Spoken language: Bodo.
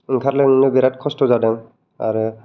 ओंखारलांनो बिराद खस्थ' जादों आरो